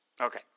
Okay